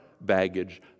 baggage